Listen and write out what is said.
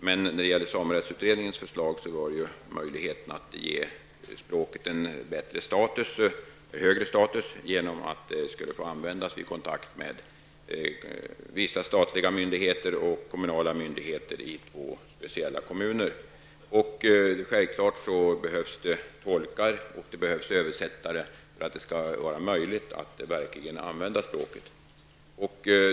Men i samerättsutredningen föreslås möjligheterna att ge språket en högre status genom att det skulle få användas vid kontakt med vissa statliga och kommunala myndigheter i två speciella kommuner. Självfallet behövs det tolkar och översättare för att det skall vara möjligt att verkligen använda språket.